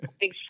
big